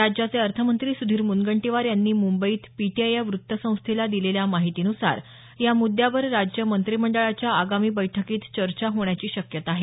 राज्याचे अर्थमंत्री सुधीर मुनगंटीवार यांनी मुंबईत पीटीआय या व्त्तसंस्थेला दिलेल्या माहितीनुसार या मुद्यावर राज्य मंत्रिमंडळाच्या आगामी बैठकीत चर्चा होण्याची शक्यता आहे